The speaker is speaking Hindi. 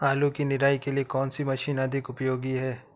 आलू की निराई के लिए कौन सी मशीन अधिक उपयोगी है?